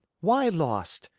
why lost?